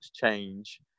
change